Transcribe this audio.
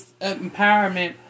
empowerment